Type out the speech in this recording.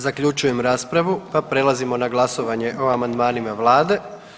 Zaključujem raspravu, pa prelazimo na glasovanje o amandmanima Vlade.